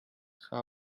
گهخبر